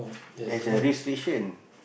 there's a restriction